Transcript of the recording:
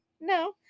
no